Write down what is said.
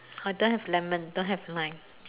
I don't have lemon don't have lime